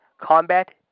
Combat